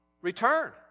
return